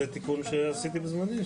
זה תיקון שעשיתי בזמני,